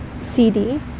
CD